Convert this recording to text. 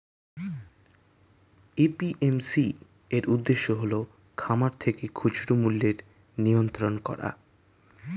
APMC এর উদ্দেশ্য হল খামার থেকে খুচরা মূল্যের নিয়ন্ত্রণ করা